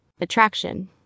Attraction